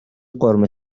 قورمه